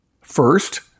First